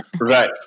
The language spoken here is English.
Right